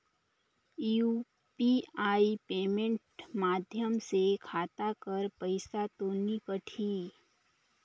UPI payment माध्यम से खाता कर पइसा तो नी कटही?